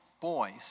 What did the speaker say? boys